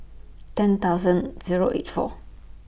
ten thousand Zero eight four